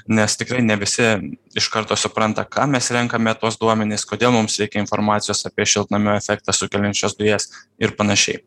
nes ne visi iš karto supranta ką mes renkame tuos duomenis kodėl mums reikia informacijos apie šiltnamio efektą sukeliančias dujas ir panašiai